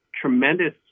Tremendous